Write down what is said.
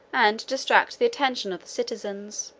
and to distract the attention of the citizens